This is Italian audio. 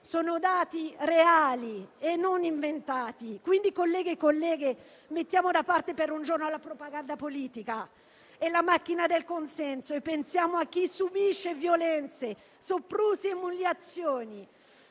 Sono dati reali e non inventati. Quindi, colleghi e colleghe, mettiamo da parte per un giorno la propaganda politica e la macchina del consenso e pensiamo a chi subisce violenze, soprusi e umiliazioni